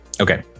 Okay